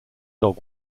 dog